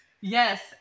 Yes